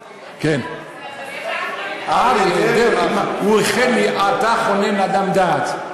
הוא איחל לי: אתה חונן לאדם דעת,